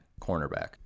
cornerback